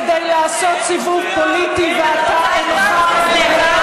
כדי לעשות סיבוב פוליטי, ואתה אינך,